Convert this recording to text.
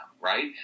right